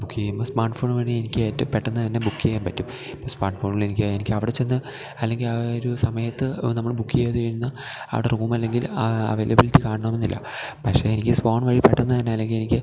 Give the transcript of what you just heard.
ബുക്കെയ്യ്മ്പം smartphone വഴി എനിക്കേറ്റം പെട്ടന്ന് തന്നെ ബുക്ക് ചെയ്യാന് പറ്റും ഈ സ്മാര്ട്ട് ഫോണില് എനിക്ക് എനിക്ക് അവിടെ ചെന്ന് അല്ലെങ്കില് ആ ഒരു സമയത്ത് നമ്മള് ബുക്ക് ചെയ്യാതെ ഇര്ന്നാ അവിടെ റൂമല്ലെങ്കില് ആ ആവൈലബിലിറ്റി കാണണം എന്നില്ല പക്ഷെ എനിക്ക് സ്ഫോണ് വഴി പെട്ടന്ന് തന്നെ അല്ലെങ്കി എനിക്ക്